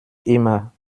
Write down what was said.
immer